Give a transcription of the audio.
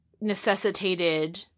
necessitated